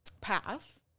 path